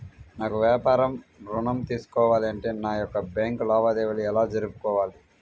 నాకు వ్యాపారం ఋణం తీసుకోవాలి అంటే నా యొక్క బ్యాంకు లావాదేవీలు ఎలా జరుపుకోవాలి?